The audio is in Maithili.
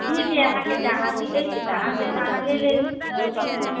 ठीक हय अहाँके जहाँ मिलै छै तहां से अहाँ लेले सकै छी